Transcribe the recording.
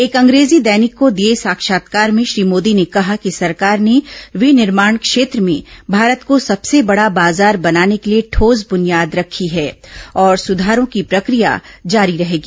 एक अंग्रेजी दैनिक को दिए साक्षात्कार में श्री मोदी ने कहा कि सरकार ने विनिर्माण क्षेत्र में भारत को सबसे बड़ा बाजार बनाने के लिए ठोस बुनियाद रखी है और सुधारों की प्रक्रिया जारी रहेगी